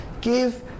give